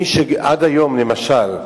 מי שעד היום, למשל,